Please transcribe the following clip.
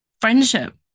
friendship